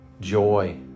joy